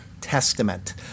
Testament